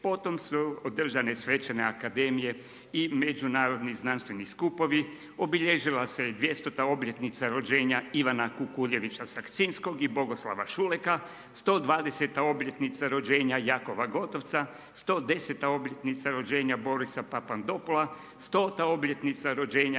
potom su održane svečane akademije i međunarodni znanstveni skupovi, obilježila se 200. obljetnica rođenja Ivana Kukuljevića Sakcinskog i Bogoslava Šuleka, 120. obljetnica rođenja Jakova Gotovca, 110. obljetnica rođenja Borisa Papandopula, 100. obljetnica rođenja